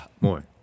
more